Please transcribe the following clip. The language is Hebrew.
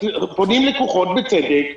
פונים לקוחות, בצדק מבחינתם,